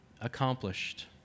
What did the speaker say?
accomplished